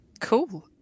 Cool